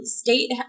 state